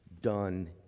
done